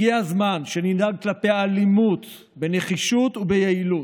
הגיע הזמן שננהג כלפי האלימות בנחישות וביעילות.